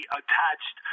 attached